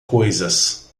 coisas